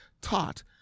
taught